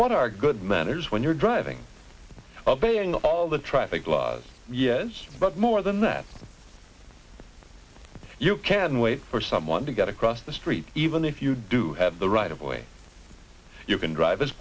what are good manners when you're driving in all the traffic laws yes but more than that you can wait for someone to get across the street even if you do have the right of way you can drive